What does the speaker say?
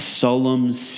solemn